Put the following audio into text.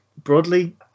Broadly